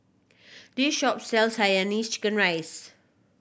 this shop sells Hainanese chicken rice